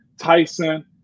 Tyson